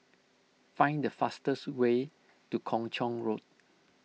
find the fastest way to Kung Chong Road